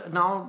now